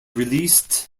released